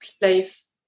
place